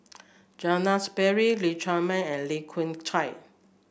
Zainal Sapari Lee Chiaw Meng and Lee Khoon Choy